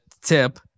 tip